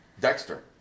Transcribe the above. Dexter